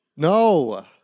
No